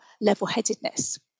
level-headedness